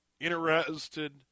interested